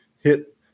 hit